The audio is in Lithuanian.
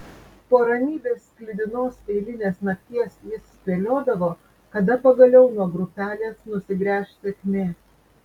po ramybės sklidinos eilinės nakties jis spėliodavo kada pagaliau nuo grupelės nusigręš sėkmė